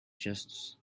justice